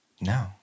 No